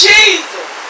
Jesus